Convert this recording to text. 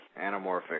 anamorphic